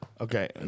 Okay